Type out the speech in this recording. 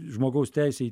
žmogaus teisę į